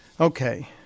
Okay